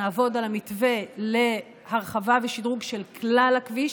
נעבוד על המתווה להרחבה ושדרוג של כלל הכביש,